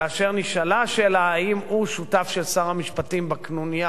וכאשר נשאלה השאלה אם הוא שותף של שר המשפטים בקנוניה